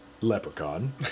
leprechaun